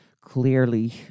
clearly